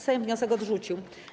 Sejm wniosek odrzucił.